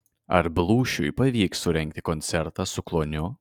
ar blūšiui pavyks surengti koncertą su kluoniu